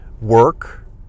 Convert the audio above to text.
work